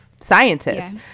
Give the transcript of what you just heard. scientists